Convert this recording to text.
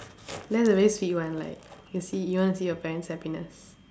that's a very sweet one like you see you want to see your parents happiness